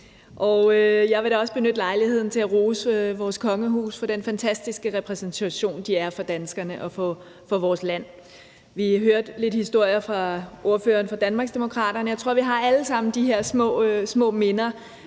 jeg vil da også benytte lejligheden til at rose vores kongehus for den fantastiske repræsentation, de er for danskerne og for vores land. Vi hørte lidt historier fra ordføreren fra Danmarksdemokraterne, og jeg tror, vi alle sammen har de her små minder.